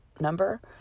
number